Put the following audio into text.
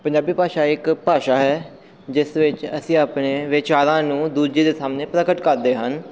ਪੰਜਾਬੀ ਭਾਸ਼ਾ ਇੱਕ ਭਾਸ਼ਾ ਹੈ ਜਿਸ ਵਿੱਚ ਅਸੀਂ ਆਪਣੇ ਵਿਚਾਰਾਂ ਨੂੰ ਦੂਜੇ ਦੇ ਸਾਹਮਣੇ ਪ੍ਰਗਟ ਕਰਦੇ ਹਨ